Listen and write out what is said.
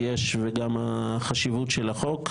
וגם החשיבות של החוק.